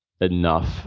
enough